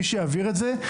מי שיעביר את זה,